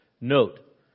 Note